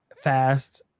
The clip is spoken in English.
fast